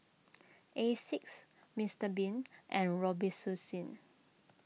Asics Mister Bean and Robitussin